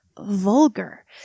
vulgar